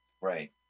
right